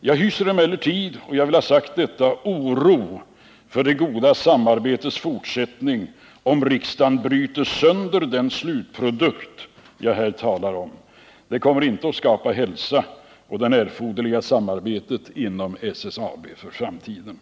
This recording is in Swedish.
Jag hyser emellertid — jag vill ha det sagt -- oro för det goda samarbetets fortsättning om riksdagen bryter sönder den slutprodukt jag här talar om. Det kommer inte att skapa hälsa och erforderligt samarbete inom SSAB för framtiden.